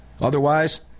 Otherwise